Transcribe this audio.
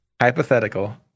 Hypothetical